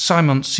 Simon